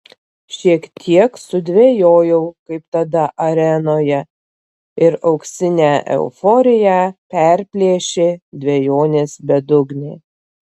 šiek tiek sudvejojau kaip tada arenoje ir auksinę euforiją perplėšė dvejonės bedugnė